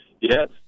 Yes